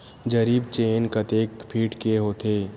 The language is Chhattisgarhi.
जरीब चेन कतेक फीट के होथे?